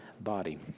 body